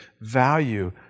value